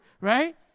right